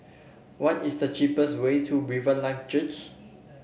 what is the cheapest way to Riverlife Church